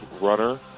runner